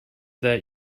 that